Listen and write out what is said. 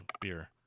beer